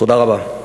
תודה רבה.